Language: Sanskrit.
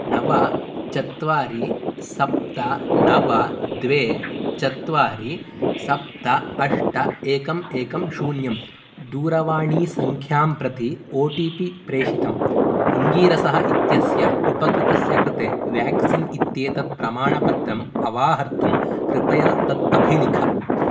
नव चत्वारि सप्त नव द्वे चत्वारि सप्त अष्ट एकं एकं शून्यं दूरवाणीसङ्ख्यां प्रति ओ टि पि प्रेिषितं अङ्गीरसः इत्यस्य उपकृतस्य कृते व्याक्सीन् इत्येतत् प्रमाणपत्रं अवाहर्तुं कृपया तत् अभिलिख